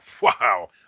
wow